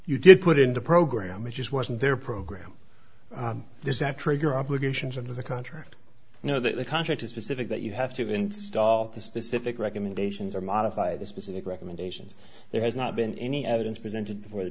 you did put in the program it just wasn't their program this have trigger obligations of the contract you know the contract is specific that you have to install the specific recommendations or modify the specific recommendations there has not been any evidence presented before the